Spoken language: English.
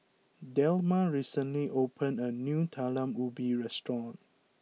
Delma recently opened a new Talam Ubi restaurant